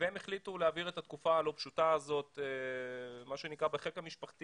הם החליטו להעביר את התקופה הלא פשוטה הזאת בחיק המשפחה.